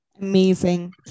Amazing